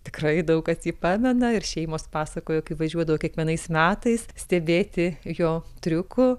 tikrai daug kas jį pamena ir šeimos pasakojo kaip važiuodavo kiekvienais metais stebėti jo triukų